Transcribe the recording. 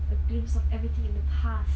a glimpse of everything in the past